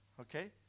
Okay